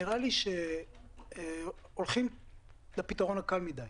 נראה לי שהולכים לפתרון הקל מדיי.